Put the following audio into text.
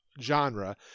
genre